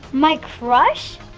my crush?